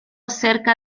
cerca